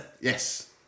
Yes